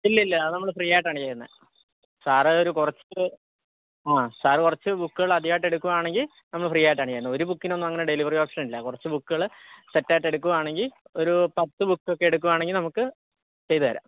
ഇല്ലില്ല അത് നമ്മൾ ഫ്രീയായിട്ടാണ് ചെയ്യുന്നത് സാറ് ഒരു കുറച്ചു സാർ കുറച്ചു ബുക്കുകൾ അധികമായിട്ട് എടുക്കുവാണെങ്കിൽ നമ്മൾ ഫ്രീയായിട്ടാണ് ചെയ്യുന്നത് ഒരു ബുക്കിനൊന്നും അങ്ങനെ ഡെലിവറി ഓപ്ഷൻ ഇല്ല കുറച്ചു ബുക്കുകൾ സെറ്റായിട്ട് എടുക്കുവാണെങ്കിൽ ഒരു പത്തു ബുക്കൊക്കെ എടുക്കുവാണെങ്കിൽ നമുക്ക് ചെയ്തുതരാം